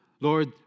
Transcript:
Lord